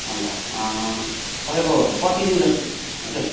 अन्त तपाईँको कति दिन जस्तो चाहिँ हजर